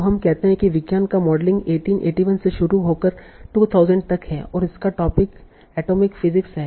तो हम कहते हैं कि विज्ञान का मॉडलिंग 1881 से शुरू होकर 2000 तक है और इसका टोपिक एटॉमिक फिजिक्स है